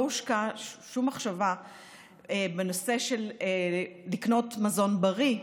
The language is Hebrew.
הושקעה שום מחשבה בנושא של קניית מזון בריא,